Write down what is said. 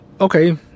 okay